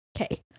Okay